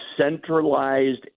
centralized